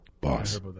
boss